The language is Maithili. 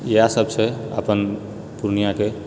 इएह सब छै अपन पूर्णियाँके